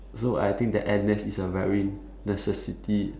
so I think that N_S is a very necessity